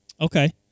Okay